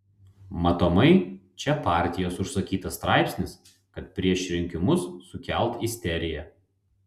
matomai čia partijos užsakytas straipsnis kad prieš rinkimus sukelt isteriją